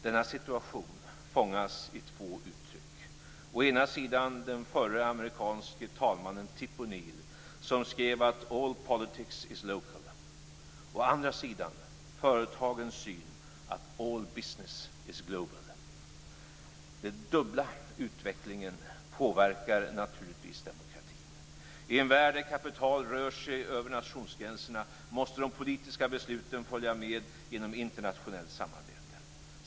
Denna situation fångas i två uttryck, å ena sidan av den förre amerikanske talmannen Tip O'Neill, som skrev att all politics is local, å andra sidan av företagens syn att all business is global. Den dubbla utvecklingen påverkar naturligtvis demokratin. I en värld där kapital rör sig över nationsgränserna måste de politiska besluten följa med genom internationellt samarbete.